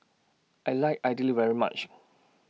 I like Idly very much